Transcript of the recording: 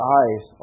eyes